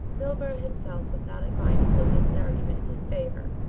milburgh himself was not unmindful of this argument in his favour,